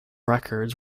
records